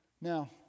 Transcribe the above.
Now